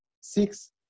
six